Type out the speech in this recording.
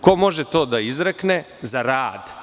Ko može to da izrekne, za rad?